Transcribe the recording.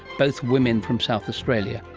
both women from south australia,